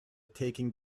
taking